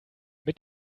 mit